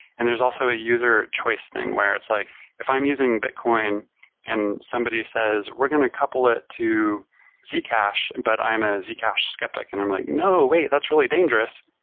and there's also a user choice thing, where it's like if i'm using bitcoin and somebody says, we're going to couple it to zcash, and but i'm and a zcash skeptic and i'm like, no! wait! that's really dangerous.